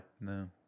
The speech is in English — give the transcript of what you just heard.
No